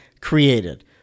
created